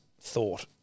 Thought